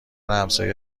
همسایه